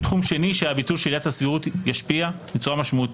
תחום שני שהביטול של עילת הסבירות ישפיע משמעותית